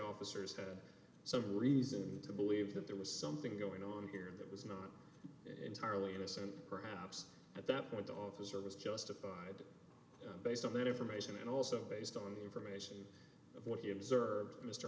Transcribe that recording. officers had some reason to believe that there was something going on here that was not entirely innocent perhaps at that point the officer was justified based on that information and also based on the information of what you observed mr